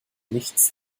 nichts